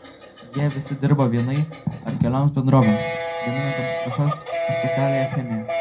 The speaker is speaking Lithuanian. jie visi dirba vienai ar kelioms bendrovėms gaminančioms trąšas ar specialią chemiją